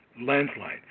landslide